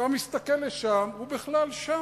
אתה מסתכל לשם, הוא בכלל שם.